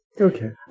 Okay